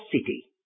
city